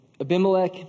Abimelech